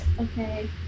okay